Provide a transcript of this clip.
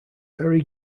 berry